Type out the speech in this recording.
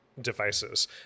devices